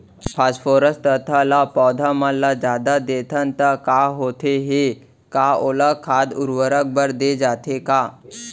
Phosphorus तथा ल पौधा मन ल जादा देथन त का होथे हे, का ओला खाद उर्वरक बर दे जाथे का?